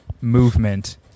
movement